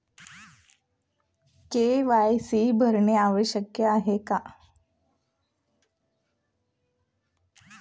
KYC भरणे आवश्यक आहे का?